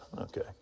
Okay